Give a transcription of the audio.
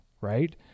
right